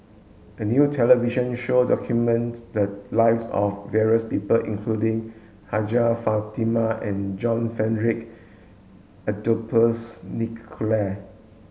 a new television show documents the lives of various people including Hajjah Fatimah and John Frederick Adolphus McNair